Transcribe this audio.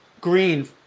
Green